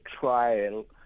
trial